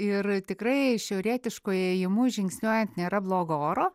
ir tikrai šiaurietišku ėjimu žingsniuojant nėra blogo oro